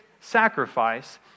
sacrifice